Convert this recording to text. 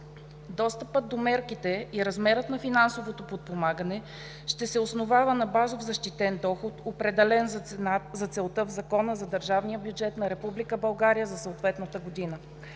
Достъпът до мерките и размерът на финансовото подпомагане ще се основава на базов защитен доход, определен за целта в Закона за държавния бюджет на Република България за съответната година,